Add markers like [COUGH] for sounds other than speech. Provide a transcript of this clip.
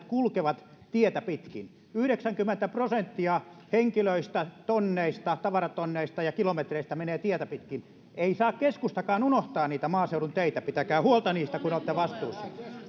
[UNINTELLIGIBLE] kulkevat tietä pitkin yhdeksänkymmentä prosenttia henkilöistä tavaratonneista tavaratonneista ja kilometreistä menee tietä pitkin ei saa keskustakaan unohtaa niitä maaseudun teitä pitäkää huolta niistä kun olette vastuussa